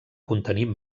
contenir